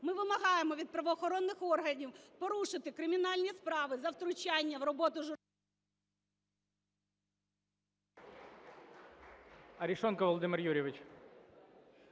Ми вимагаємо від правоохоронних органів порушити кримінальні справи за втручання в роботу…